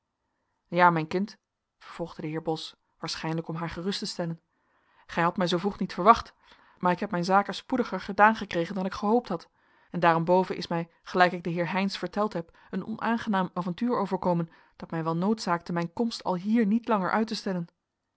ja mijn kind vervolgde de heer bos waarschijnlijk om haar gerust te stellen gij hadt mij zoo vroeg niet verwacht maar ik heb mijn zaken spoediger gedaan gekregen dan ik gehoopt had en daarenboven is mij gelijk ik den heer heynsz verteld heb een onaangenaam avontuur overkomen dat mij wel noodzaakte mijn komst alhier niet langer uit te stellen